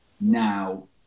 now